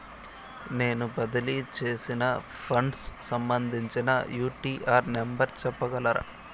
నేను బదిలీ సేసిన ఫండ్స్ సంబంధించిన యూ.టీ.ఆర్ నెంబర్ సెప్పగలరా